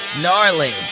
Gnarly